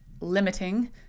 limiting